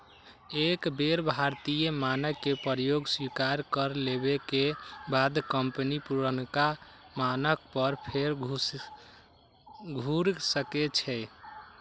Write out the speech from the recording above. एक बेर भारतीय मानक के प्रयोग स्वीकार कर लेबेके बाद कंपनी पुरनका मानक पर फेर घुर सकै छै